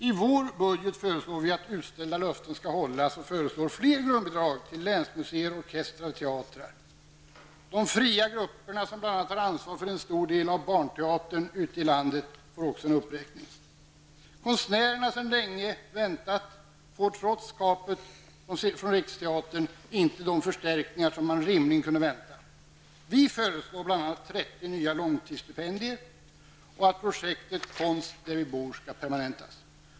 I vår budget föreslår vi att utställda löften skall hållas och föreslår fler grundbidrag till länsmuseer, orkestrar och teatrar. De fria grupperna, som bl.a. har ansvar för en stor del av barnteatern ute i landet, får också en uppräkning. Konstnärerna, som väntat så länge, får trots kapet från Riksteatern inte de förstärkningar som man rimligen kunde ha väntat. Vi föreslår bl.a. att 30 Konst där vi bor permanentas.